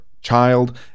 child